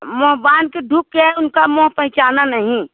मुँह बाँधकर ढुक गए उनका मुँह पहचाना नहीं